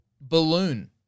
Balloon